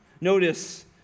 Notice